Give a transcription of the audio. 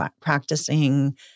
practicing